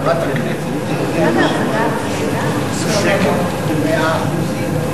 חברת הכנסת יוליה שמאלוב צודקת במאה אחוזים.